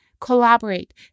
collaborate